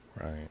Right